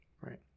right